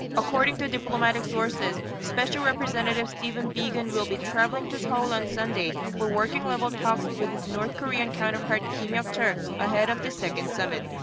according to diplomatic sources, special representative stephen biegun will be traveling to seoul on sunday for working-level talks with his north korean counterpart, kim hyok-chol, ahead of the second summit.